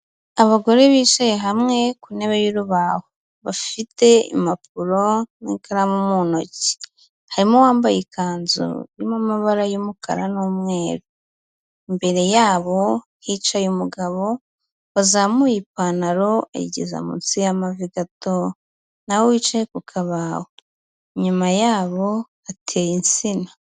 Abagore bicaye hamwe ku ntebe y'urubaho. Bafite impapuro n'ikaramu mu ntoki. Harimo uwambaye ikanzu irimo amabara y'umukara n'umweru. Imbere yabo hicaye umugabo wazamuye ipantaro ayigeza munsi y'amavi gato, na we wicaye ku kabaho. Inyuma yabo hateye insina.